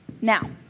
Now